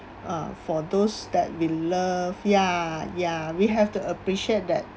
uh for those that we love yeah yeah we have to appreciate that